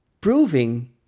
proving